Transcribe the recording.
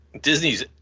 Disney's